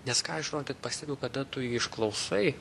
nes ką aš žinokit pastebiu kada tu išklausai